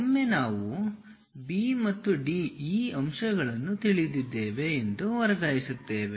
ಒಮ್ಮೆ ನಾವು B ಮತ್ತು D ಈ ಅಂಶಗಳನ್ನು ತಿಳಿದಿದ್ದೇವೆ ಎಂದು ವರ್ಗಾಯಿಸುತ್ತೇವೆ